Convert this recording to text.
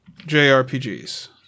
JRPGs